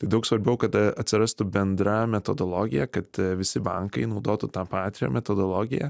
tai daug svarbiau kad atsirastų bendra metodologija kad visi bankai naudotų tą pačią metodologiją